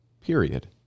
Period